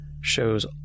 shows